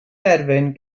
derfyn